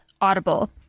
Audible